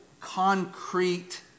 concrete